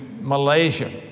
Malaysia